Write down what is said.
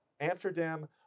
Amsterdam